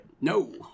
No